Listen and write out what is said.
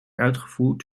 uitgevoerd